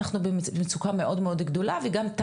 אנחנו במצוקה מאוד מאוד גדולה וגם במצב